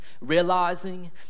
realizing